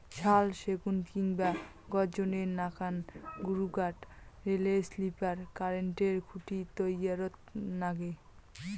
শাল, সেগুন কিংবা গর্জনের নাকান গুরুকাঠ রেলের স্লিপার, কারেন্টের খুঁটি তৈয়ারত নাগে